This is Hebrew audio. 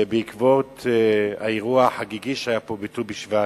בעקבות האירוע החגיגי שהיה פה בט"ו בשבט,